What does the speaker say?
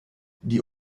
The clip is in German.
die